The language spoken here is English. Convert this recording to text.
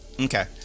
Okay